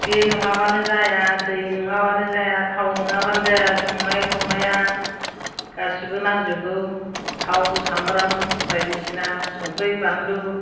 बे नङाबानो जाया दै नङाबानो जाया थाव नङाबानो जाया संनाय खावनाया गासैबो नांजोबगौ थाव सामब्राम बायदिसिना संख्रि बानलु